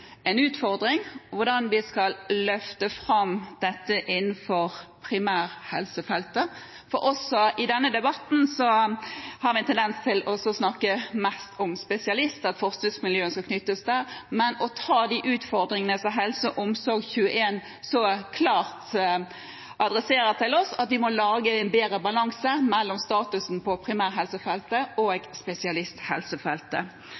en utfordring hvordan vi skal løfte fram dette innenfor primærhelsefeltet. I denne debatten har vi en tendens til å snakke mest om spesialister og forskningsmiljøene som knyttes til dette, men vi må ta de utfordringene som HelseOmsorg21 så klart adresserer til oss, at vi må lage en bedre balanse mellom statusen på primærhelsefeltet og